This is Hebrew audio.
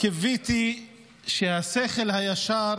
קיוויתי שהשכל הישר